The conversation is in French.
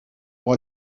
pour